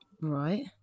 Right